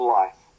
life